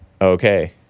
Okay